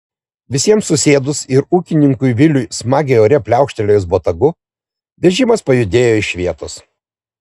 visiems susėdus ir ūkininkui viliui smagiai ore pliaukštelėjus botagu vežimas pajudėjo iš vietos